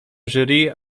jury